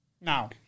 Now